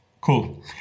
cool